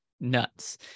nuts